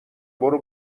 برو